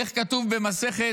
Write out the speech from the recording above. איך כתוב במסכת